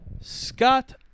Scott